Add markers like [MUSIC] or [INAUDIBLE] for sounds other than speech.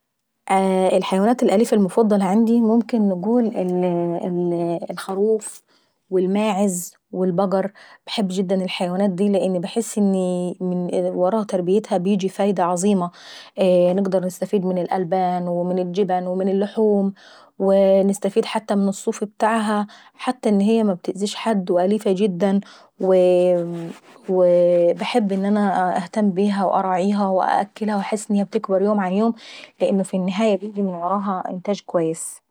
[HESITATION] الحيوانات الايفة المفضلة عندي ممكن نقو الحروف والماعز والبقر، باحب جدا الحيوانات دي لاني باحس ان من ورا تربيتها بتيجيب فايدة عظيمة. [HESITATION] نقدر نستفيد من الالبان ومن الجبن ومن اللحوم ومن الصوف ابتاعها. حتى ان هي اليفة جدا ومش عتأذي حد ، وو باحب ان انا نهتم بيها ونراعيها وناكلها ونحس ان هي بتكبر يوم بعد يوم لان في النهاية بييجي من وراها انتاج كويس.